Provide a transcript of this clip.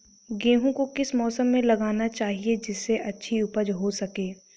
गेहूँ को किस मौसम में लगाना चाहिए जिससे अच्छी उपज हो सके?